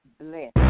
bless